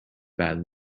bad